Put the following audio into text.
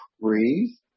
breathe